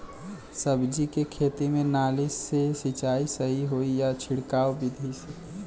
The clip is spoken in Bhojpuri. सब्जी के खेती में नाली से सिचाई सही होई या छिड़काव बिधि से?